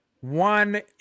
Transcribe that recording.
one